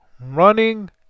Running